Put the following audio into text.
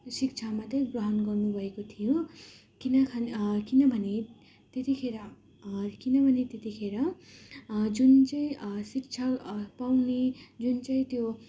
शिक्षा मात्रै ग्रहण गर्नुभएको थियो किन खाले किनभने त्यतिखेर किनभने त्यतिखेर जुन चाहिँ शिक्षा पाउने जुन चाहिँ त्यो